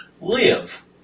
live